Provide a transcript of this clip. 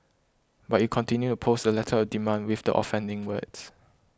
but you continued post the letter demand with the offending words